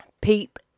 Peep